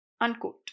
unquote